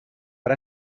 per